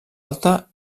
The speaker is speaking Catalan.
alta